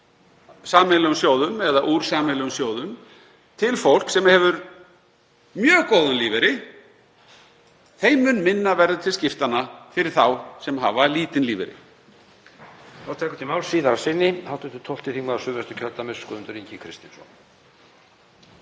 setjum meira út úr sameiginlegum sjóðum til fólks sem hefur mjög góðan lífeyri þeim mun minna verður til skiptanna fyrir þá sem hafa lítinn lífeyri.